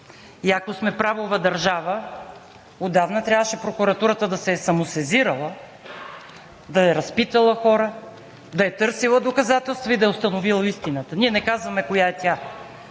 И ако сме правова държава, отдавна трябваше прокуратурата да се е самосезирала, да е разпитала хора, да е търсила доказателства и да е установила истината. Ние не казваме коя е тя.